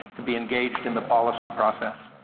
to be engaged in the policy process.